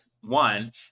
one